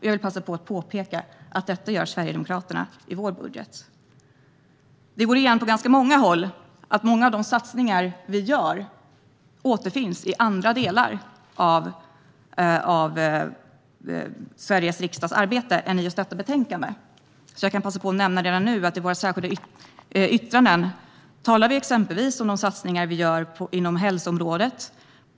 Jag vill passa på att påpeka att Sverigedemokraterna gör detta i sin budget. Det här går igen på många håll. Många av de satsningar som vi gör återfinns i andra delar av Sveriges riksdags arbete än i just detta betänkande. Jag kan redan nu nämna att i våra särskilda yttranden talar vi exempelvis om de satsningar som vi gör inom hälsoområdet.